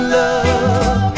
love